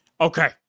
okay